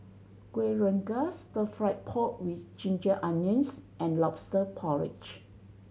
Kuih Rengas Stir Fried Pork With Ginger Onions and Lobster Porridge